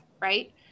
right